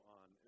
on